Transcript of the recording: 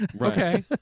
Okay